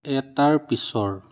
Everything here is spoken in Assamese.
এটাৰ পিছৰ